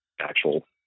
actual